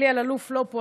אלי אלאלוף לא פה,